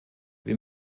wir